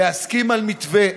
להסכים על מתווה.